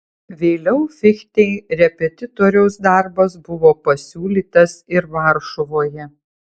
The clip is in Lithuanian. vėliau fichtei repetitoriaus darbas buvo pasiūlytas ir varšuvoje